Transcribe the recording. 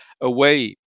away